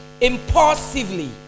impulsively